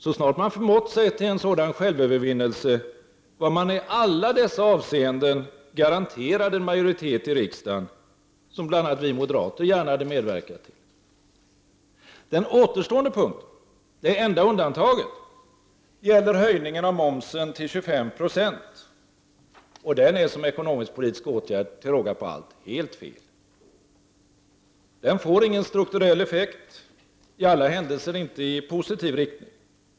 Så snart man förmått sig till denna självövervinnelse var man i alla dessa avseenden garanterad en majoritet i riksdagen, som bl.a. vi moderater gärna hade medverkat till. Den återstående punkten — det enda undantaget — gäller höjningen av momsen till 25 26, och den är som ekonomisk-politisk åtgärd till råga på allt helt fel. Den får ingen strukturell effekt, i alla händelser inte i positiv riktning.